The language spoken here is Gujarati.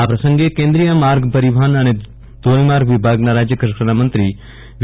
આ પ્રસંગે કેન્દ્રીય માર્ગ પરિવહન અને ધોરીમાર્ગ વિભાગના રાજયકક્ષાના મંત્રી વી